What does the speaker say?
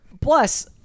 Plus